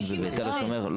ובתל השומר,